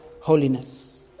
holiness